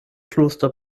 kloster